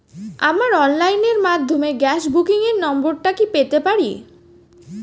আমার অনলাইনের মাধ্যমে গ্যাস বুকিং এর নাম্বারটা কি পেতে পারি?